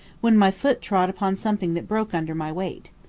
when my foot trod upon something that broke under my weight.